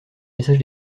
message